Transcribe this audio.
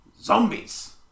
Zombies